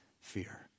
fear